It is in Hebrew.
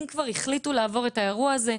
אם כבר החליטו לעבור את האירוע הזה,